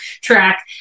track